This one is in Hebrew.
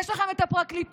יש לכם את הפרקליטות.